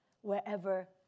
wherever